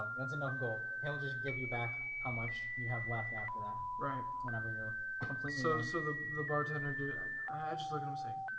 that's an ah own-goal. it'll just give you back how much you have left after that right whenever you're so so the the bartender here i just look i'm saying